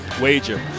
wager